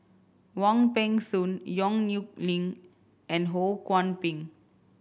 Wong Peng Soon Yong Nyuk Lin and Ho Kwon Ping